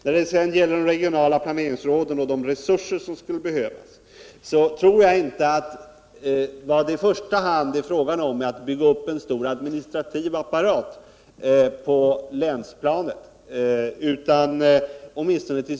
När det sedan gäller de regionala planeringsråden och de resurser som skulle behövas tror jag inte att det i första hand är fråga om att bygga upp en administrativ apparat på länsplanet. Åtminstonet.